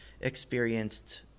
experienced